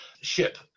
ship